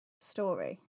story